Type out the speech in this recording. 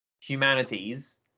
humanities